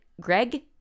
Greg